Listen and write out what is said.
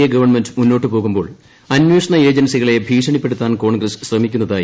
A government മുന്നോട്ടു പോകുമ്പോൾ അന്വേഷണ ഏജൻസികളെ ഭീഷണ്ണപ്പെടുത്താൻ കോൺഗ്രസ് ശ്രമിക്കുന്നതായി